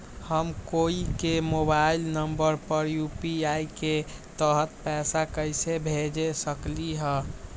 हम कोई के मोबाइल नंबर पर यू.पी.आई के तहत पईसा कईसे भेज सकली ह?